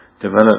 develop